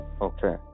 Okay